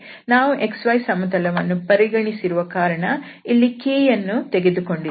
ನಾವು xy ಸಮತಲವನ್ನು ಪರಿಗಣಿಸಿರುವ ಕಾರಣ ಇಲ್ಲಿ ನಾವು k ಯನ್ನು ತೆಗೆದುಕೊಂಡಿದ್ದೇವೆ